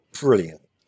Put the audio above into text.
Brilliant